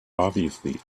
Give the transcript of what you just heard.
obviously